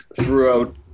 throughout